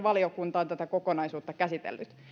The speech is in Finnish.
valiokunta on tätä kokonaisuutta käsitellyt